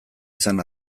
izan